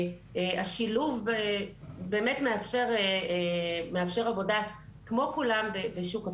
השילוב באמת מאפשר עבודה כמו כולם בשוק הפתוח,